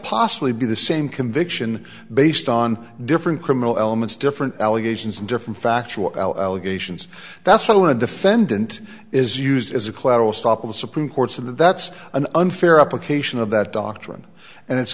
possibly be the same conviction based on different criminal elements different allegations and different factual allegations that's why when a defendant is used as a collateral stop of the supreme courts and that's an unfair application of that doctrine and it's